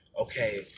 Okay